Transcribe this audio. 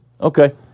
Okay